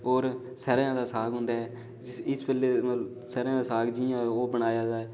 और स''रेआं दा साग होंदा ऐ इस बेल्ले जि'यां स'रेआं दा साग बनेआ दा ऐ